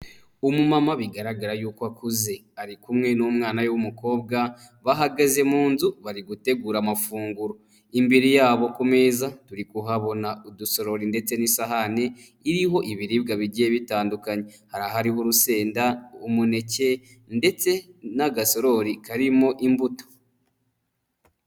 Umumama bigaragara yuko akuze ari kumwe n'umwana we w'umukobwa bahagaze mu nzu bari gutegura amafunguro, imbere yabo ku meza turi kuhabona udusorori ndetse n'isahani iriho ibiribwa bigiye bitandukanye; hari ahariho urusenda, umuneke ndetse n'agasorori karimo imbuto.